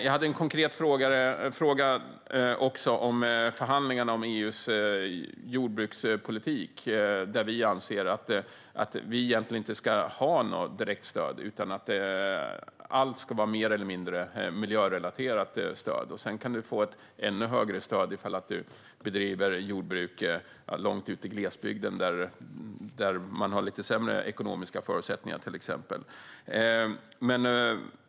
Jag hade även en konkret fråga om förhandlingarna om EU:s jordbrukspolitik. Vi i Vänsterpartiet anser att Sverige egentligen inte ska ha något direkt stöd. Allt stöd ska i stället vara mer eller mindre miljörelaterat. Sedan kan man få ett ännu högre stöd om man till exempel bedriver jordbruk långt ute i glesbygden där de ekonomiska förutsättningarna är lite sämre.